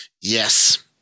Yes